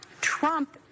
Trump